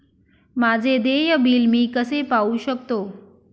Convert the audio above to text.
माझे देय बिल मी कसे पाहू शकतो?